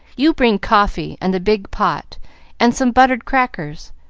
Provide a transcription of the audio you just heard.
you bring coffee and the big pot and some buttered crackers.